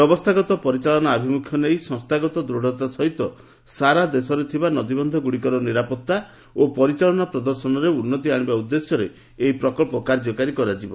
ବ୍ୟବସ୍କାଗତ ପରିଚାଳନା ଆଭିମୁଖ୍ୟ ନେଇ ସଂସ୍କାଗତ ଦୂତ୍ତା ସହିତ ସାରା ଦେଶରେ ଥିବା ନଦୀବନ୍ଧଗୁଡ଼ିକର ନିରାପଉା ଓ ପରିଚାଳନା ପ୍ରଦର୍ଶନରେ ଉନ୍ନତି ଆଶିବା ଉଦ୍ଦେଶ୍ୟରେ ଏହି ପ୍ରକ୍ସ କାର୍ଯ୍ୟକାରୀ କରାଯିବ